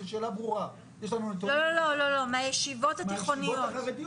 זו שאלה ברורה, מהישיבות החרדיות.